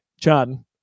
John